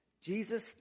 Jesus